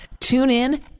TuneIn